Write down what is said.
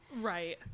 Right